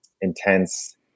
intense